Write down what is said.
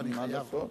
מה לעשות.